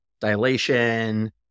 Dilation